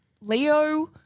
Leo